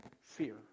fear